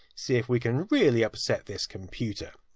see if we can really upset this computer.